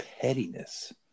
pettiness